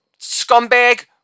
scumbag